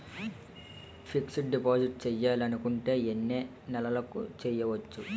Fixed deposit చేయాలి అనుకుంటే ఎన్నే నెలలకు చేయొచ్చు?